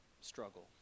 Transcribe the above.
struggle